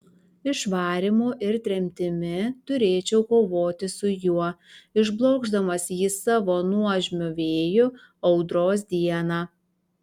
išvarymu ir tremtimi turėčiau kovoti su juo išblokšdamas jį savo nuožmiu vėju audros dieną